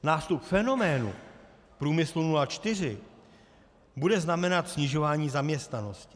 Nástup fenoménu průmyslu 04 bude znamenat snižování zaměstnanosti.